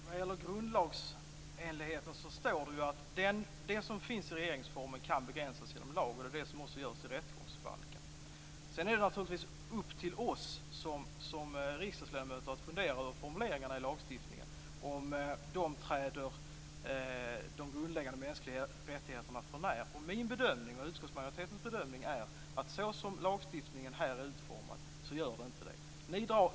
Fru talman! När det gäller grundlagsenligheten står det att det som finns i regeringsformen kan begränsas genom lag, och det är vad som också görs i rättegångsbalken. Sedan är det naturligtvis upp till oss som riksdagsledamöter att fundera över formuleringarna i lagstiftningen och om de träder de grundläggande mänskliga rättigheterna för när. Min och utskottsmajoritetens bedömning är att så som lagstiftningen här är utformad gör den inte det.